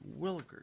willikers